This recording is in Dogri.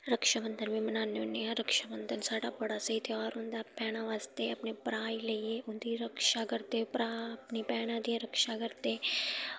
रक्षाबंधन बी मनान्ने होन्ने आं रक्षाबंधन साढ़ा बड़ा स्हेई तेहार होंदा भैनां बास्तै अपने भ्राएं गी लेइयै उं'दी रक्षा करदे भ्रा अपनी भैनें दियां रक्षा करदे